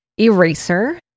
Eraser